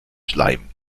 schleim